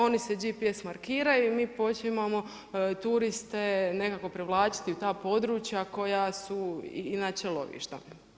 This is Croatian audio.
Oni se GPS markiraju i počimamo turiste nekako privlačiti u ta područja koja su inače lovišta.